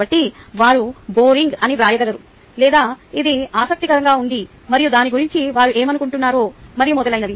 కాబట్టి వారు బోరింగ్ అని వ్రాయగలరు లేదా ఇది ఆసక్తికరంగా ఉంది మరియు దాని గురించి వారు ఏమనుకుంటున్నారో మరియు మొదలైనవి